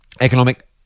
economic